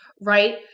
right